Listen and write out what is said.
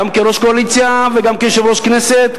גם כראש קואליציה וגם כיושב-ראש כנסת,